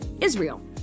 Israel